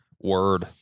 Word